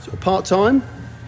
part-time